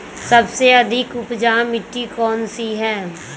सबसे अधिक उपजाऊ मिट्टी कौन सी हैं?